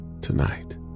tonight